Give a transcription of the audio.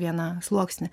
vieną sluoksnį